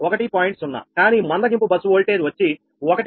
0 కానీ slack bus voltage వచ్చి 1